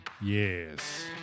yes